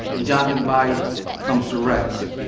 and jonathan's body comes to rest.